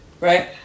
right